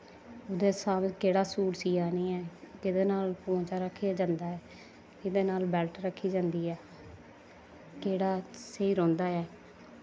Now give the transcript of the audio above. ओह्दै स्हाब केह्ड़ा सूट सिया'रनी ऐं केह्दै नाल पौचा रक्खेआ जंदा ऐ केह्दे नाल बैल्ट रक्खी जंदी ऐ केह्ड़ा स्हेई रौंह्दा ऐ